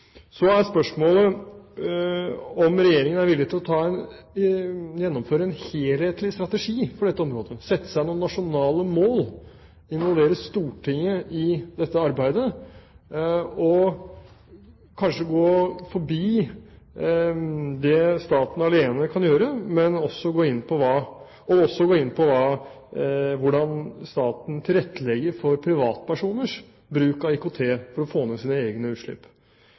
Så er spørsmålet om Regjeringen er villig til å gjennomføre en helhetlig strategi på dette området, sette seg noen nasjonale mål, involvere Stortinget i dette arbeidet og kanskje gå forbi det staten alene kan gjøre, og også gå inn på hvordan staten tilrettelegger for privatpersoners bruk av IKT for å få ned sine egne utslipp.